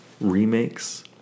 remakes